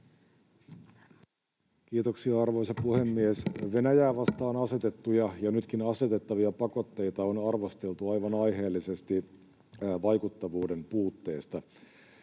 Kiitoksia, arvoisa puhemies! Venäjää vastaan asetettuja ja nytkin asetettavia pakotteita on arvosteltu aivan aiheellisesti vaikuttavuuden puutteesta.